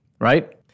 Right